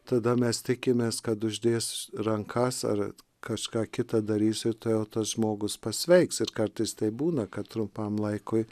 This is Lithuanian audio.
tada mes tikimės kad uždės rankas ar kažką kitą darysi tai jau tas žmogus pasveiks ir kartais taip būna kad trumpam laikui